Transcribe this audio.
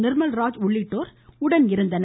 நிர்மல்ராஜ் உள்ளிட்டோர் உடனிருந்தனர்